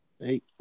Hey